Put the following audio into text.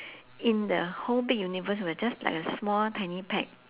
in the whole big universe we're just like a small tiny peck